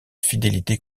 fidélité